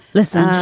listen.